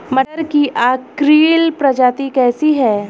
मटर की अर्किल प्रजाति कैसी है?